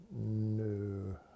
no